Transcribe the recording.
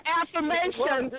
affirmation